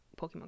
Pokemon